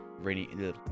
rainy